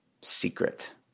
secret